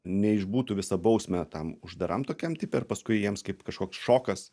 neišbūtų visą bausmę tam uždaram tokiam tipe ir paskui jiems kaip kažkoks šokas